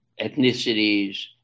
ethnicities